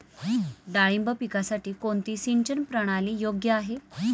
डाळिंब पिकासाठी कोणती सिंचन प्रणाली योग्य आहे?